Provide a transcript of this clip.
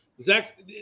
Zach